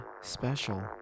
special